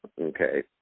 okay